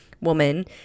woman